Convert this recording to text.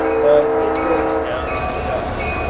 but it breaks down into dust.